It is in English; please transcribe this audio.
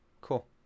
cool